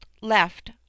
left